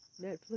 Netflix